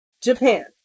Japan